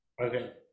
okay